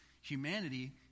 humanity